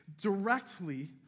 Directly